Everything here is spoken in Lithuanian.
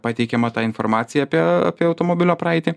pateikiama ta informacija apie apie automobilio praeitį